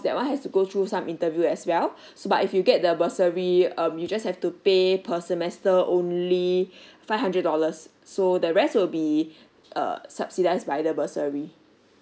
that one has to go through some interview as well so but if you get the bursary um you just have to pay per semester only five hundred dollars so the rest will be uh subsidized by the bursary